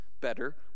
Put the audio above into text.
better